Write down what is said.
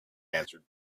answered